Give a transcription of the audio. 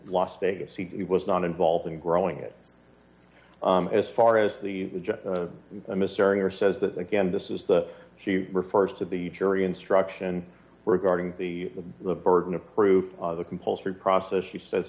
las vegas he was not involved in growing it as far as the mystery or says that again this is the she refers to the jury instruction regarding the the burden of proof the compulsory process she says